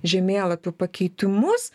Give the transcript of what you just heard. žemėlapių pakeitimus